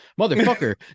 Motherfucker